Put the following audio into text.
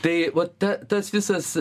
tai vat ta tas visas